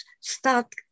start